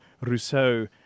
Rousseau